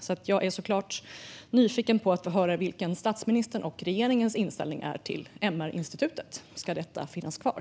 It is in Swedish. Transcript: Därför är jag såklart nyfiken på att höra vilken statsministerns och regeringens inställning är till MR-institutet. Ska det finnas kvar?